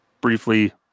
briefly